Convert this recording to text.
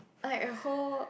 like a whole